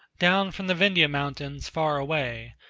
down from the vindhya mountains far away,